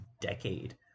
decade